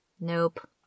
Nope